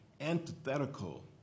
antithetical